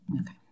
okay